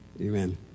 Amen